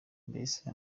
mbese